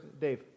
Dave